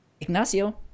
Ignacio